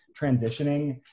transitioning